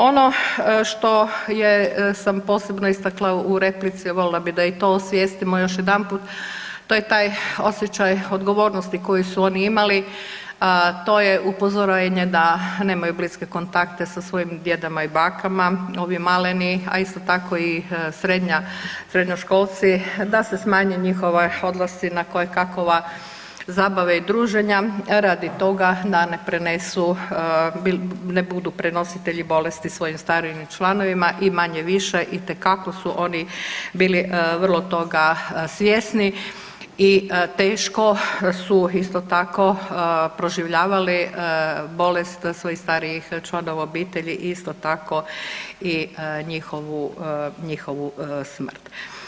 Ono što je, sam posebno istakla u replici, voljela bi da i to osvijestimo još jedanput, to je taj osjećaj odgovornosti koji su oni imali, a to je upozorenje da nemaju bliske kontakte sa svojim djedama i bakama, ovi maleni, a isto tako i srednja, srednjoškolci da se smanje njihove odlasci na kojekakova zabave i druženja radi toga da ne prenesu, ne budu prenositelji bolesti svojim starijim članovima i manje-više itekako su on bili vrlo toga svjesni i teško su, isto tako, proživljavali bolest svojih starijih članova obitelji, isto tako, i njihovu smrt.